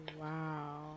wow